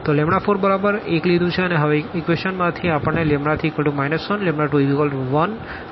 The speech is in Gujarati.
તો4 બરાબર આપણે 1 લીધું છે અને પછી ઇક્વેશન માં થી આપણને 3 1211 1 મળશે